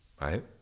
Right